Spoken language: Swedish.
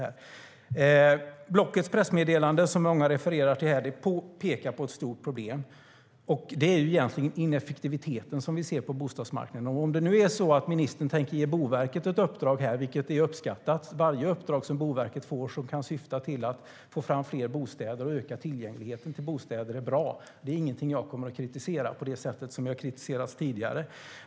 Om ministern tänker ge Boverket ett uppdrag skulle det uppskattas. Varje uppdrag som Boverket får och som kan syfta till att få fram fler bostäder och öka tillgängligheten till bostäder är bra. Det är ingenting som jag kommer att kritisera på det sätt som det har kritiserats tidigare.